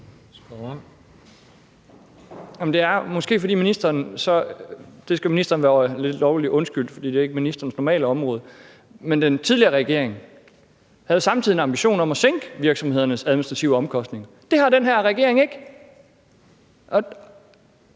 det er måske, fordi ministeren ikke er minister for området, så der er ministeren lovligt undskyldt. Men den tidligere regering havde samtidig en ambition om at sænke virksomhedernes administrative omkostninger. Det har den her regering ikke, og